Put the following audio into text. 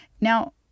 Now